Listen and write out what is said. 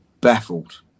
baffled